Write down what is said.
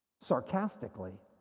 sarcastically